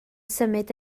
symud